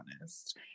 honest